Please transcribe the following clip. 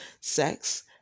sex